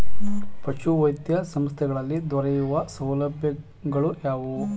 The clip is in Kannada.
ಪಶುವೈದ್ಯ ಸಂಸ್ಥೆಗಳಲ್ಲಿ ದೊರೆಯುವ ಸೌಲಭ್ಯಗಳು ಯಾವುವು?